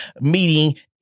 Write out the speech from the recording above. meeting